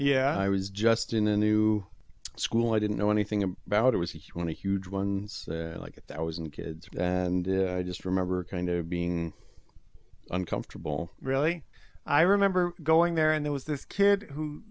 yeah i was just in a new school i didn't know anything about it was when a huge ones like that was in kids and i just remember kind of being uncomfortable really i remember going there and there was this kid who